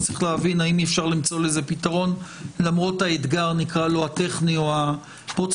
צריך להבין האם אפשר למצוא לזה פתרון למרות האתגר הטכני או הפרוצדורלי,